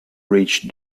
reached